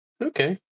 Okay